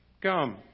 come